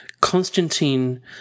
Constantine